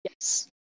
Yes